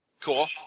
Cool